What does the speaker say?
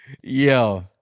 Yo